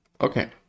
Okay